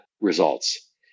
results